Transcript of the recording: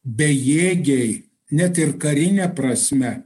bejėgiai net ir karine prasme